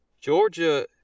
Georgia